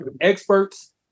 experts